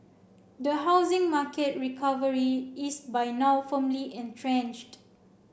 the housing market recovery is by now firmly entrenched